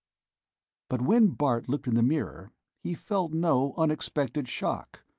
but when bart looked in the mirror he felt no unexpected shock,